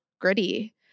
gritty